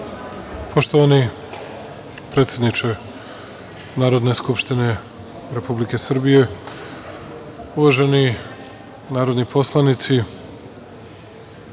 Poštovani predsedniče Narodne skupštine Republike Srbije, uvaženi narodni poslanici,